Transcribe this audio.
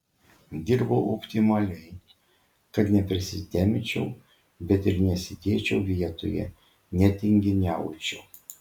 dirbau optimaliai kad nepersitempčiau bet ir nesėdėčiau vietoje netinginiaučiau